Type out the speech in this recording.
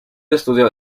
estudio